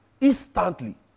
Instantly